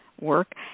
work